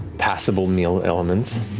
passible meal elements.